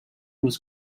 was